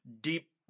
deep